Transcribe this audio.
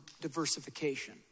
diversification